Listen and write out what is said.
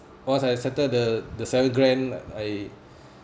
once I settle the the seven grand I